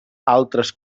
altres